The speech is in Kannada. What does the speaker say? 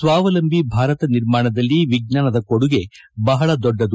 ಸ್ವಾವಲಂಬಿ ಭಾರತ ನಿರ್ಮಾಣದಲ್ಲಿ ವಿಜ್ಞಾನದ ಕೊಡುಗೆ ಬಹಳ ದೊಡ್ಡದು